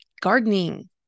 Gardening